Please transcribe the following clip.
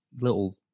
little